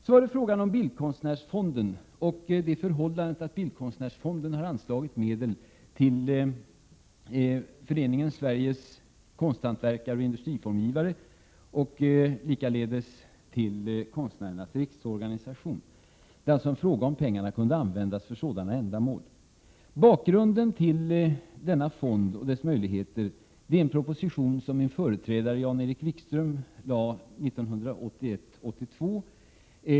Så var det frågan om bildkonstnärsfonden och det förhållandet att den anslagit medel till Föreningen Sveriges konsthantverkare och industriformgivare och likaledes till Konstnärernas riksorganisation. Det handlar om huruvida pengarna kunde användas för sådana ändamål. Bakgrunden till denna fond och dess möjligheter är en proposition som min företrädare Jan-Erik Wikström lade fram 1981/82.